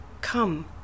come